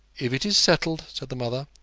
if it is settled, said the mother,